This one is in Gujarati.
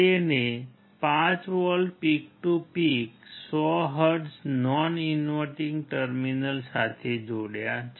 તેણે 5 volt peak to peak 100 hertz non inverting terminal સાથે જોડ્યા છે